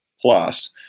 plus